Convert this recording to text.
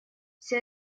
вся